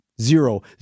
Zero